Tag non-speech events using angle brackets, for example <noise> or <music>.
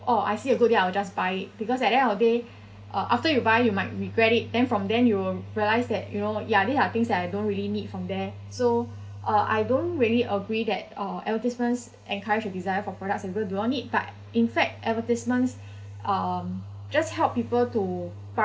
oh I see a good thing I will just buy it because like then I'll be uh after you buy you might regret it then from then you realise that you know ya these are things that I don't really need from there so I don't really agree that or advertisements encourage a desire for products and goods do not need but in fact advertisements <breath> um just help people to